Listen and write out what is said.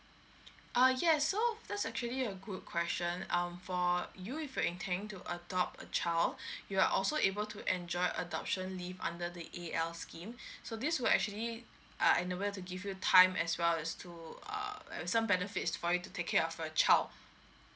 err yes so that's actually a good question um for you if you intending to adopt a child you're also able to enjoy adoption leave under the A_L scheme so this will actually err enable to give you time as well as to err some benefits for you to take care of your child